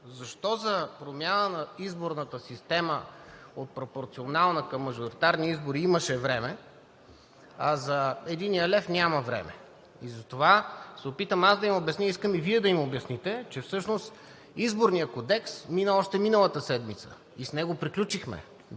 защо за промяна на изборната система от пропорционална към мажоритарни избори имаше време, а за единия лев няма време. Затова ще се опитам аз да им обясня, искам и Вие да им обясните, че всъщност Изборният кодекс мина още миналата седмица и с него приключихме,